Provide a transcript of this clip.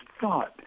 thought